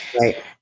Right